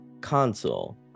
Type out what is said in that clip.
console